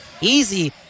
easy